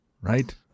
right